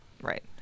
Right